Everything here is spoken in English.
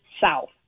south